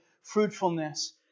fruitfulness